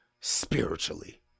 spiritually